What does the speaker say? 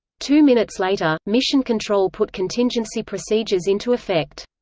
two minutes later, mission control put contingency procedures into effect.